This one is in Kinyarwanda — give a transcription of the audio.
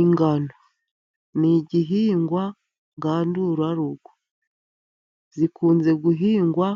Ingano ni igihingwa ngandurarugo. Zikunze guhingwa